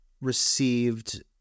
received